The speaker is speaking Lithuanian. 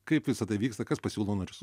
kaip visa tai vyksta kas pasiūlo narius